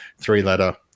three-letter